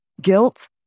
Guilt